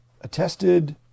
attested